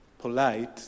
polite